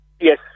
Yes